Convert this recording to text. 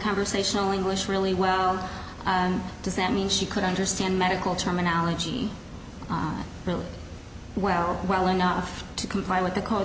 conversational english really well does that mean she could understand medical terminology really well well enough to comply with the co